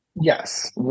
Yes